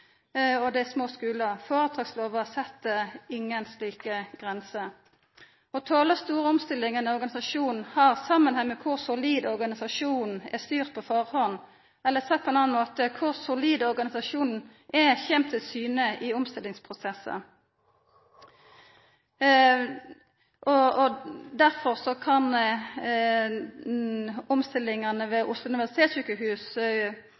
og det er små skular. Føretakslova set ingen slike grenser. Å tola ei stor omstilling i ein organisasjon har samanheng med kor solid organisasjonen er styrt på førehand, eller sagt på ein annan måte: Kor solid organisasjonen er, kjem til syne i omstillingsprosessar. Derfor kan problema ved omstillingane